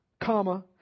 comma